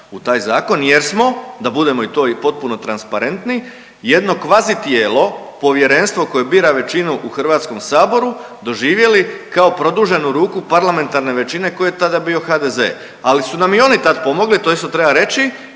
u taj Zakon jer smo, da budemo i to i potpuno transparentni, jedno kvazitijelo, povjerenstvo koje bira većinu u HS-u doživjeli kao produženu ruku parlamentarne većine koja je tada bio HDZ-a, ali su nam i oni tad pomogli, to isto treba reći